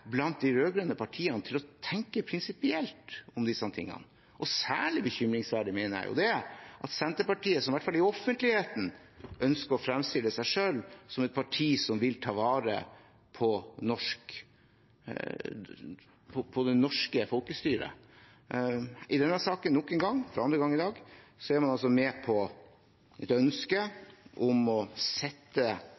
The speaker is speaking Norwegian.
blant de rød-grønne partiene til å tenke prinsipielt om disse tingene. Særlig bekymringsverdig mener jeg det er med Senterpartiet, som i hvert fall i offentligheten ønsker å fremstille seg selv som et parti som vil ta vare på det norske folkestyret. I denne saken er man nok en gang – for andre gang i dag – med på et ønske